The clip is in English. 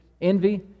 Envy